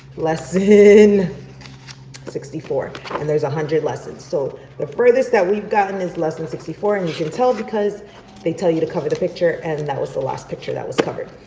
lesson sixty four and there's one hundred lessons. so the furthest that we've gotten is lesson sixty four and you can tell because they tell you to cover the picture and that was the last picture that was covered.